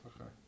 Okay